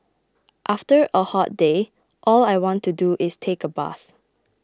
after a hot day all I want to do is take a bath